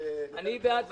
--- אני בעד ותרנות.